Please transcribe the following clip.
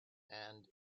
and